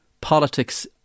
politics